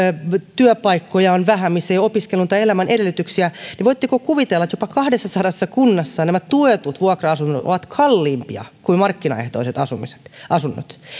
työpaikkoja on vähän missä ei ole opiskelun tai elämän edellytyksiä niin voitteko kuvitella että jopa kahdessasadassa kunnassa nämä tuetut vuokra asunnot ovat kalliimpia kuin markkinaehtoiset asunnot